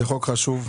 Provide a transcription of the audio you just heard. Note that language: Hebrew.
זה חוק חשוב,